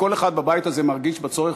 כל אחד בבית הזה מרגיש בצורך,